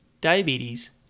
diabetes